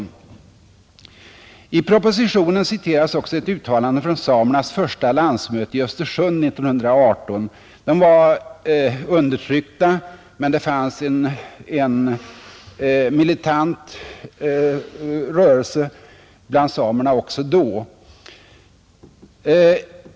I propositionen citeras också ett uttalande från samernas första landsmöte i Östersund 1918. De var undertryckta, men det fanns en militant rörelse bland samerna också då.